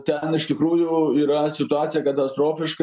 ten iš tikrųjų yra situacija katastrofiška